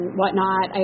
whatnot